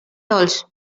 dolç